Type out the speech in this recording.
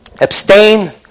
Abstain